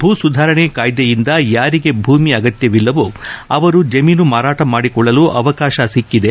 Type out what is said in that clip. ಭೂ ಸುಧಾರಣೆ ಕಾಯ್ದೆಯಿಂದ ಯಾರಿಗೆ ಭೂಮಿ ಅಗತ್ತವಿಲ್ಲವೋ ಅವರು ಜಮೀನು ಮಾರಾಟ ಮಾಡಿಕೊಳ್ಳಲು ಅವಕಾಶ ಸಿಕ್ಕಿದೆ